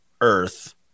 earth